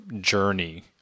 journey